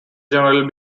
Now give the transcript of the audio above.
general